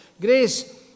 Grace